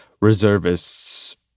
reservists